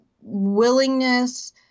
willingness